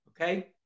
okay